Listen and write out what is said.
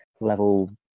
level